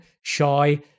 shy